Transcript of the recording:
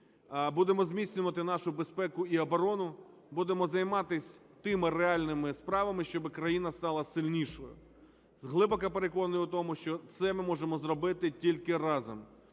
будемо зміцнювати нашу безпеку і оборону, будемо займатися тими реальними справами, щоби країна стала сильнішою. Глибоко переконаний у тому, що це ми можемо зробити тільки разом.